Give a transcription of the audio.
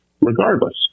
regardless